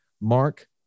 Mark